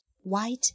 white